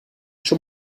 schon